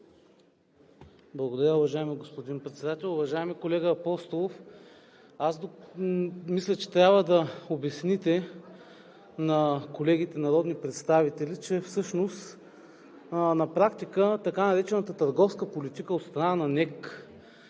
Благодаря, уважаеми господин Председател. Уважаеми колега Апостолов, аз мисля, че трябва да обясните на колегите народни представители, че всъщност на практика така наречената търговска политика от страна на НЕК